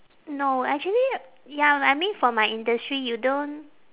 no actually ya I mean for my industry you don't